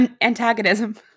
antagonism